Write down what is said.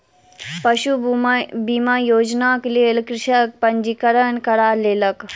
पशु बीमा योजनाक लेल कृषक पंजीकरण करा लेलक